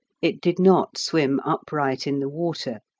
it did not swim upright in the water.